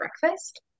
breakfast